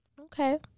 Okay